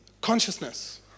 consciousness